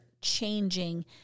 changing